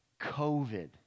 COVID